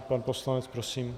Pan poslanec, prosím.